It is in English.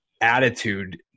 attitude